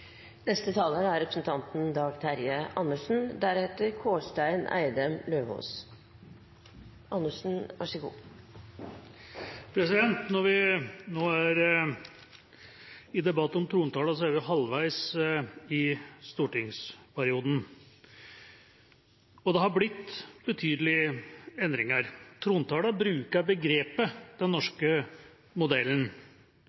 Når vi nå er i debatt om trontalen, er vi halvveis i stortingsperioden. Det har blitt betydelige endringer. Trontalen bruker begrepet «den norske modellen»,